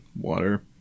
water